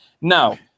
now